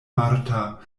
marta